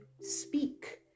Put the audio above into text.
speak